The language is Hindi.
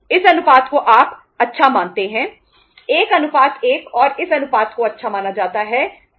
इस अनुपात को आप अच्छा मानते हैं 1 1 और इस अनुपात को अच्छा माना जाता है 05 1